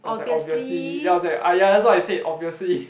I was like obviously ya I was like ah ya that's why I say obviously